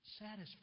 satisfied